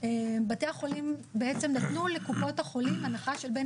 בתי החולים נתנו לקופות החולים הנחה של בין